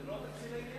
אבל זה לא תקציב לעירייה.